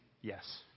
yes